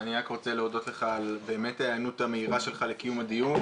אני רוצה להודות לך על ההיענות המהירה שלך לקיום הדיון